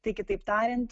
tai kitaip tariant